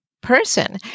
person